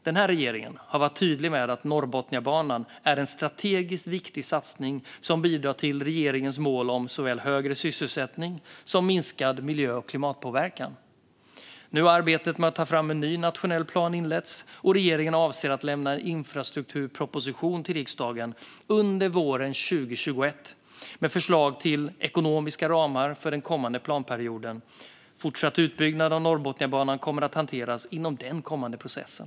Den här regeringen har varit tydlig med att Norrbotniabanan är en strategiskt viktig satsning som bidrar till regeringens mål om såväl högre sysselsättning som minskad miljö och klimatpåverkan. Nu har arbetet med att ta fram en ny nationell plan inletts. Regeringen avser att lämna en infrastrukturproposition till riksdagen under våren 2021 med förslag till ekonomiska ramar för den kommande planperioden. Fortsatt utbyggnad av Norrbotniabanan kommer att hanteras inom den kommande processen.